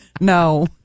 No